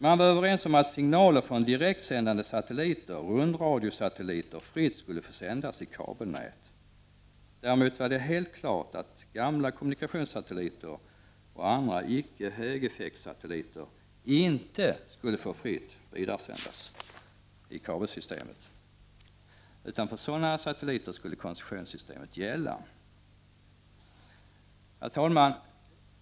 Man var överens om att signaler från direktsändande satelliter, rundradiosatelliter, fritt skulle få sändas i kabelnät. Däremot var det helt klart att gamla kommunikationssatelliter och andra icke högeffektsatelliter inte skulle få fritt vidaresändas i kabelsystemet, utan för sådana satelliter skulle koncessionssystemet gälla. Herr talman!